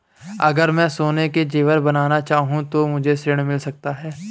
अगर मैं सोने के ज़ेवर बनाना चाहूं तो मुझे ऋण मिल सकता है?